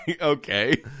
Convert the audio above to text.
Okay